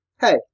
Hey